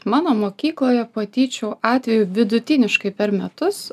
mano mokykloje patyčių atvejų vidutiniškai per metus